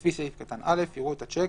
לפי סעיף קטן (א), יראו את השיק